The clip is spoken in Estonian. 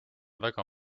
väga